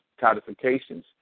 codifications